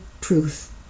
truth